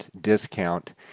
discount